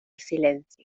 silencio